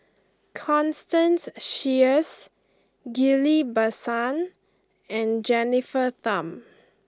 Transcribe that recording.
Constance Sheares Ghillie Basan and Jennifer Tham